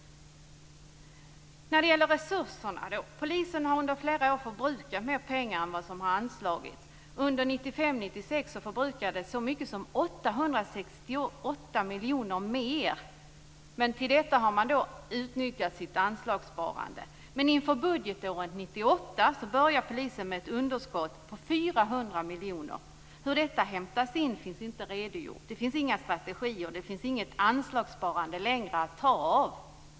Polisen har under flera år förbrukat mer pengar än vad som anslagits. Under 1995/96 förbrukades så mycket som 868 miljoner mer än vad som anslagits, men till detta har man sedan utnyttjat sitt anslagssparande. Inför budgetåret 1998 börjar polisen med ett underskott på 400 miljoner. Hur detta hämtas in finns inte redogjort. Det finns inga strategier, det finns inte längre något anslagssparande att ta av.